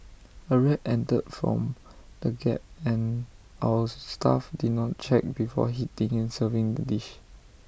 A rat entered from the gap and our staff did not check before heating and serving the dish